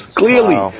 clearly